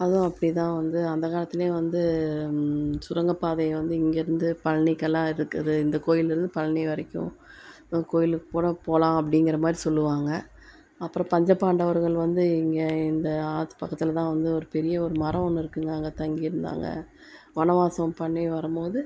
அதுவும் அப்படி தான் வந்து அந்த காலத்தில் வந்து சுரங்கப்பாதையை வந்து இங்கேருந்து பழனிக்கெல்லாம் இருக்குது இந்த கோயில்லருந்து பழனி வரைக்கும் நம்ம கோயிலுக்கு கூட போகலாம் அப்படிங்குறமாரி சொல்லுவாங்க அப்புறம் பஞ்சப்பாண்டவர்கள் வந்து இங்கே இந்த ஆற்றுப் பக்கத்தில் தான் வந்து ஒரு பெரிய ஒரு மரம் ஒன்று இருக்குதுங்க அங்கே தங்கிருந்தாங்க வனவாசம் பண்ணி வரும் போது